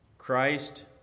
Christ